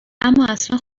امااصلا